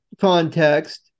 context